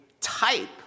type